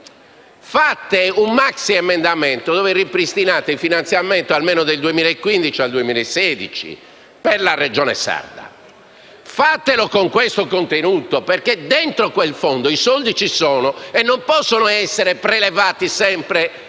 farete il maxiemendamento, nel quale ripristinate il finanziamento almeno del 2015 per il 2016 per la Regione sarda; fatelo con questo contenuto perché dentro quel fondo i soldi ci sono e non possono essere prelevati sempre da una